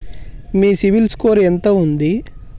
మీ CIBIL score ఎంత ఉంది?